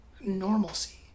normalcy